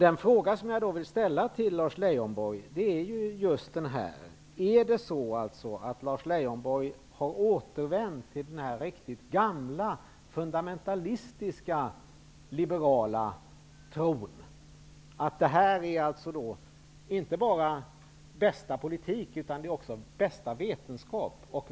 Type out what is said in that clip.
Den fråga som jag vill ställa är just denna: Är det så att Lars Leijonborg har återvänt till den här riktigt gamla, fundamentalistiska liberala tron, dvs. att detta inte bara är bästa politik utan också bästa vetenskap?